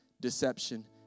deception